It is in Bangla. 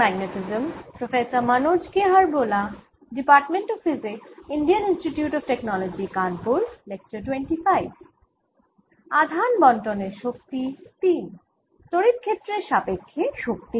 আমরা আধান বণ্টনের শক্তি নিয়ে কথা বলছি